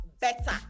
better